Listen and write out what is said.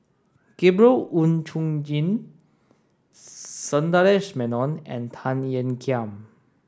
Gabriel Oon Chong Jin Sundaresh Menon and Tan Ean Kiam